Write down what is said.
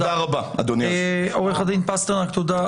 עו"ד פסטרנק, תודה.